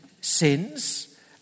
sins